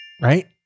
right